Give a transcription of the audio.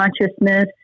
consciousness